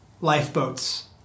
lifeboats